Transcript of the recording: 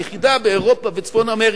היחידה באירופה וצפון אמריקה,